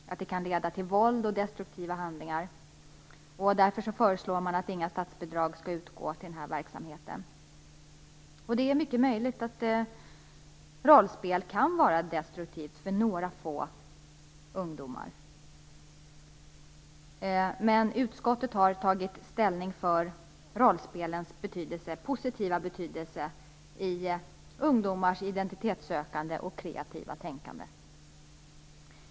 Det kan leda till våld och destruktiva handlingar. Därför föreslår man att inga statsbidrag skall utgå till denna verksamhet. Det är mycket möjligt att rollspel kan vara destruktivt för några få ungdomar, men utskottet har tagit ställning för rollspelens positiva betydelse i ungdomars identitetssökande och kreativa tänkande.